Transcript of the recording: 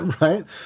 Right